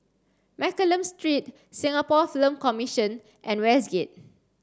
Mccallum Street Singapore Film Commission and Westgate